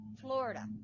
Florida